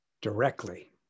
directly